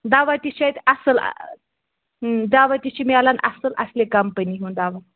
دَوا تہِ چھُ اَتہِ اَصٕل دَوا تہِ چھُ مِلان اَصٕل اَصلہِ کَمپٔنی ہُنٛد دَوا